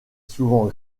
souvent